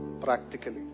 practically